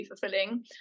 fulfilling